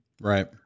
Right